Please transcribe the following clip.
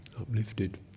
uplifted